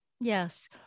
Yes